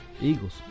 Eagles